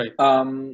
Right